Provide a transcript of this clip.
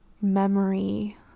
memory